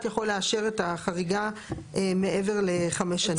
יכול לאשר את החריגה מעבר לחמש שנים.